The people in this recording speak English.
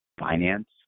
finance